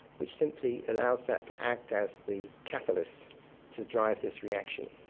which simply allows that to act as the catalyst to drive this reaction.